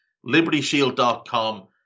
libertyshield.com